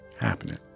happening